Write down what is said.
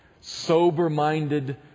sober-minded